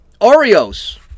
Oreos